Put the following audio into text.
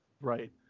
Right